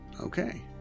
Okay